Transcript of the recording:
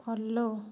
follow